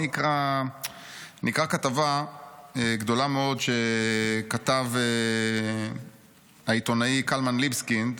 אני אקרא כתבה גדולה מאוד שכתב העיתונאי קלמן ליבסקינד